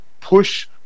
push